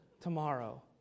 Tomorrow